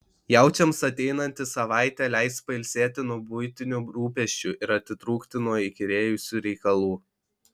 jaučiams ateinanti savaitė leis pailsėti nuo buitinių rūpesčių ir atitrūkti nuo įkyrėjusių reikalų